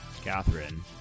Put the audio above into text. Catherine